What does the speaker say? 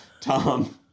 Tom